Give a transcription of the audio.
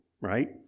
right